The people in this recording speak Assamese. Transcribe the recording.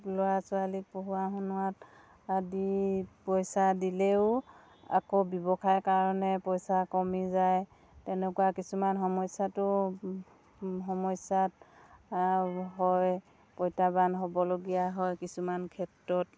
ল'ৰা ছোৱালীক পঢ়ুৱা শুনোৱাত আদি পইচা দিলেও আকৌ ব্যৱসায় কাৰণে পইচা কমি যায় তেনেকুৱা কিছুমান সমস্যাটো সমস্যাত হয় প্ৰত্যাহ্বান হ'বলগীয়া হয় কিছুমান ক্ষেত্ৰত